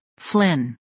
Flynn